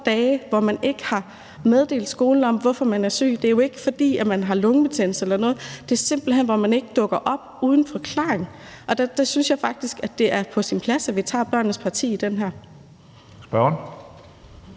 dage, hvor man ikke har meddelt skolen, hvorfor barnet er syg. Det er jo ikke, fordi barnet har lungebetændelse eller noget. Det er simpelt hen det, at barnet ikke dukker op, uden forklaring at der en forklaring på det. Der synes jeg faktisk, at det er på sin plads, at vi tager børnenes parti i det her.